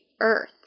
earth